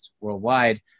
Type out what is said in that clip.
worldwide